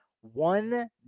one